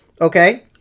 okay